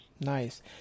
nice